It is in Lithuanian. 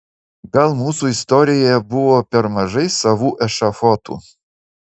gal mūsų istorijoje buvo per mažai savų ešafotų